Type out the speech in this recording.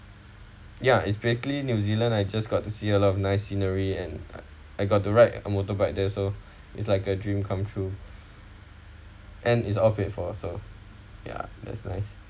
ya is basically new zealand I just got to see a lot of nice scenery and I got to ride a motorbike there also it's like a dream come true and it's all paid for also ya that's nice